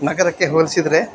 ನಗರಕ್ಕೆ ಹೋಲಿಸಿದ್ರೆ